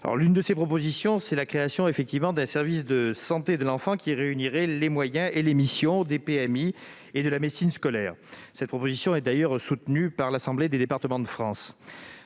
trouve effectivement la création d'un service de santé de l'enfant qui réunirait les moyens et les missions de la PMI et de la médecine scolaire. Cette proposition est d'ailleurs soutenue par l'Assemblée des départements de France.